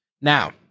Now